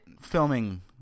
filming